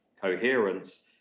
coherence